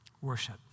Worship